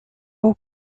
all